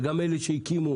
וגם אלה שהקימו